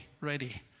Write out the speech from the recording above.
ready